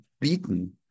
beaten